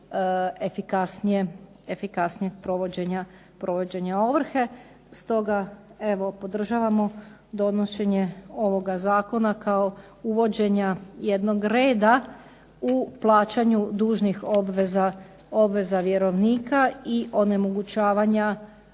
efikasnijeg provođenja ovrhe. Stoga evo podržavamo donošenje ovoga zakona kao uvođenja jednog reda u plaćanju dužnih obveza vjerovnika, i onemogućavanja